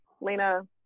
Lena